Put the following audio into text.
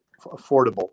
affordable